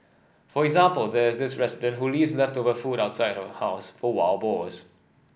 for example there is this resident who leaves leftover food outside her house for wild boars